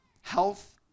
health